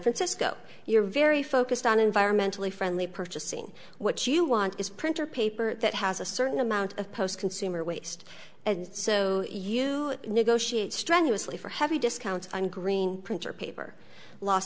francisco you're very focused on environmentally friendly purchasing what you want is printer paper that has a certain amount of post consumer waste and so you negotiate strenuously for heavy discounts on green printer paper los